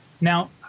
Now